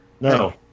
No